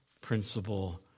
principle